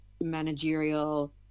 managerial